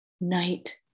Night